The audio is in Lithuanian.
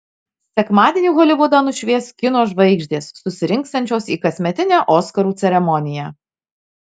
sekmadienį holivudą nušvies kino žvaigždės susirinksiančios į kasmetinę oskarų ceremoniją